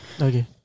Okay